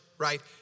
right